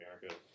America